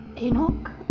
Enoch